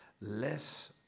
less